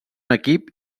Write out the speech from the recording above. equip